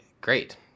great